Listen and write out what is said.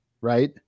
right